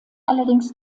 allerdings